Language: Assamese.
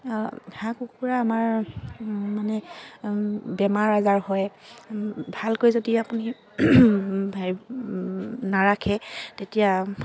হাঁহ কুকুৰা আমাৰ মানে বেমাৰ আজাৰ হয় ভালকৈ যদি আপুনি নাৰাখে তেতিয়া